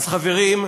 אז, חברים,